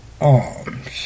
arms